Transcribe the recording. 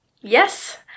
Yes